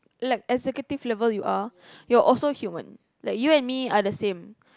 like as executive level you are you're also human like you and me are the same